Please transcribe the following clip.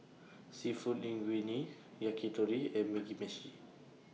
Seafood Linguine Yakitori and Mugi Meshi